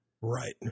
Right